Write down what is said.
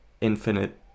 infinite